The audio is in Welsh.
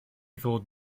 ddod